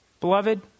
beloved